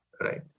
right